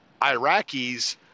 Iraqis